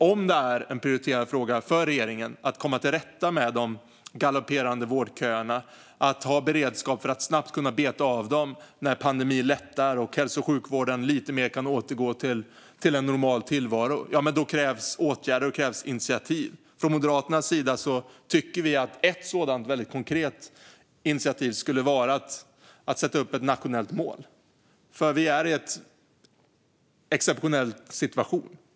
Om det är en prioriterad fråga för regeringen att komma till rätta med de galopperande vårdköerna och att ha beredskap för att snabbt beta av dem när pandemin lättar och hälso och sjukvården kan återgå lite mer till en normal tillvaro krävs det åtgärder och initiativ. Moderaterna tycker att ett sådant konkret initiativ skulle kunna vara att sätta upp ett nationellt mål. Vi är i en exceptionell situation.